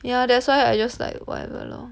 yah that's why I just like whatever lor